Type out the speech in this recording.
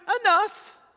enough